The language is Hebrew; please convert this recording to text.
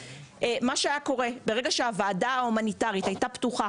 מה שהיה קורה זה שברגע שהוועדה ההומניטרית הייתה פתוחה